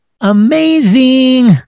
Amazing